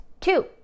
Two